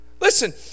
Listen